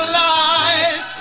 life